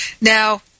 Now